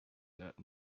that